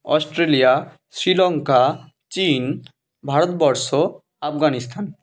Australia Sri Lanka চিন ভারতবর্ষ আফগানিস্তান